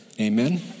Amen